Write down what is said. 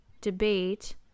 debate